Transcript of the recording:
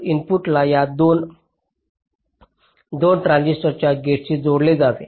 इनपुटला या 2 ट्रांजिस्टरच्या गेटशी जोडले जावे